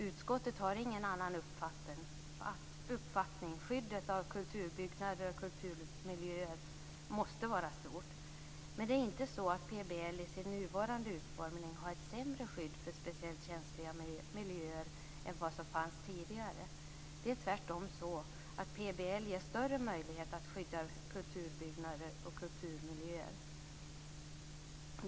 Utskottet har ingen annan uppfattning, dvs. skyddet av kulturbyggnader och kulturmiljöer måste vara stort. Men det är inte så att PBL i sin nuvarande utformning har ett sämre skydd för speciellt känsliga miljöer än vad som fanns tidigare. Det är tvärtom så att PBL ger större möjligheter att skydda kulturbyggnader och kulturmiljöer.